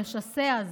המשסע הזה.